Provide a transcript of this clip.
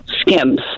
Skims